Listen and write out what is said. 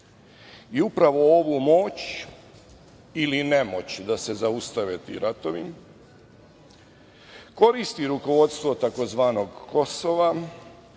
Upravo ovu moć ili nemoć da se zaustave ti ratovi, koristi rukovodstvo tzv. Kosova,